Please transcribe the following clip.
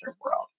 world